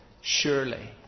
Surely